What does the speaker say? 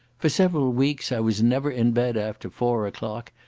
for several weeks i was never in bed after four o'clock,